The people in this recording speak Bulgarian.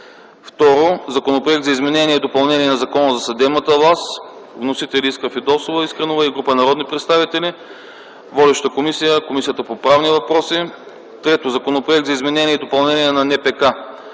2. Законопроект за изменение и допълнение на Закона за съдебната власт. Вносители – Искра Фидосова Искренова и група народни представители. Водеща е Комисията по правни въпроси. 3. Законопроект за изменение и допълнение на НПК.